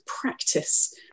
practice